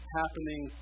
happening